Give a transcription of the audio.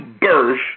birth